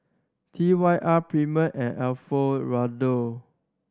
T Y R Premier and Alfio Raldo